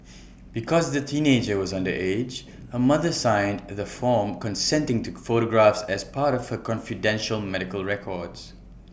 because the teenager was underage her mother signed the form consenting to photographs as part of her confidential medical records